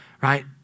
right